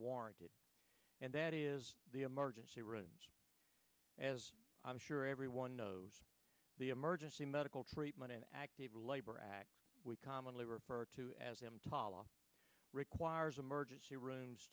warranted and that is the emergency room as i'm sure everyone knows the emergency medical treatment and active labor act we commonly refer to as emtala requires emergency rooms